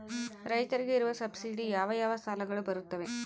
ರೈತರಿಗೆ ಇರುವ ಸಬ್ಸಿಡಿ ಯಾವ ಯಾವ ಸಾಲಗಳು ಬರುತ್ತವೆ?